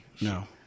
No